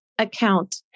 account